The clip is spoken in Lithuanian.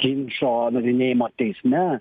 ginčo nagrinėjimo teisme